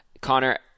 Connor